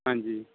ਹਾਂਜੀ